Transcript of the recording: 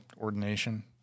ordination